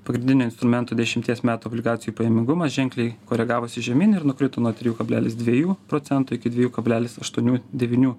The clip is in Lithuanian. pagrindinio instrumento dešimties metų obligacijų pajamingumas ženkliai koregavosi žemyn ir nukrito nuo trijų kablelis dviejų procentų iki dviejų kablelis aštuonių devynių